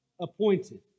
appointed